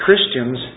Christians